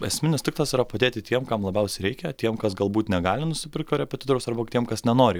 esminis tikslas yra padėti tiem kam labiausiai reikia tiem kas galbūt negali nusipirkt korepetitoriaus arba tiems kas nenori